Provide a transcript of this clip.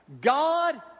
God